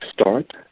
start